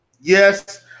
yes